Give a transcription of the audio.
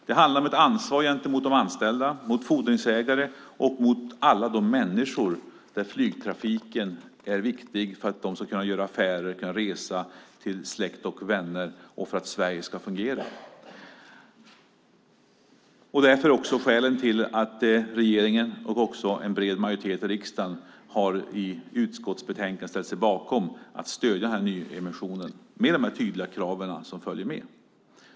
Det handlar om ett ansvar gentemot de anställda, mot fordringsägare och mot alla de människor för vilka flygtrafiken är viktig för att de ska kunna göra affärer och resa till släkt och vänner och för att Sverige ska fungera. Detta är också skälen till att regeringen och en bred majoritet i riksdagen i utskottsbetänkandet har ställt sig bakom att stödja nyemissionen med de tydliga krav som följer med.